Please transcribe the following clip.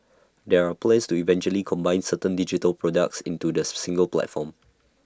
there are plans to eventually combine certain digital products into the single platform